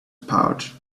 pouch